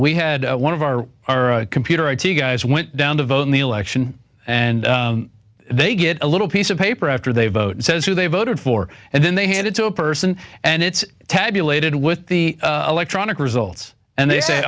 we had one of our our computer id guys went down to vote in the election and they get a little piece of paper after they vote and says who they voted for and then they hand it to a person and it's tabulated with the electronic results and they say